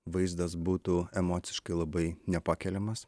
vaizdas būtų emociškai labai nepakeliamas